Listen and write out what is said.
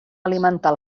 alimentar